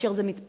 שכאשר זה מתפרץ,